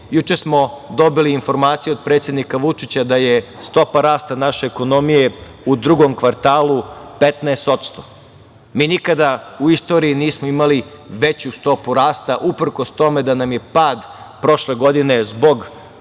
juče smo dobili informaciju od predsednika Vučića da je stopa rasta naše ekonomije u drugom kvartalu 15%. Mi nikada u istoriji nismo imali veću stopu rasta, uprkos tome da nam je pad prošle godine, zbog korone,